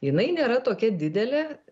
jinai nėra tokia didelė